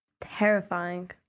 Terrifying